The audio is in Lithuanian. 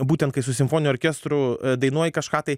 būtent kai su simfoniniu orkestru dainuoji kažką tai